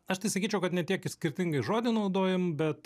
aš tai sakyčiau kad ne tiek ir skirtingai žodį naudojam bet